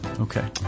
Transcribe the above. Okay